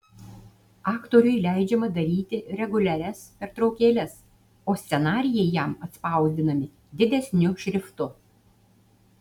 aktoriui leidžiama daryti reguliarias pertraukėles o scenarijai jam atspausdinami didesniu šriftu